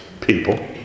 people